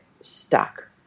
stuck